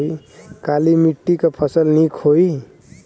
काली मिट्टी क फसल नीक होई?